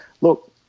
look